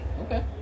Okay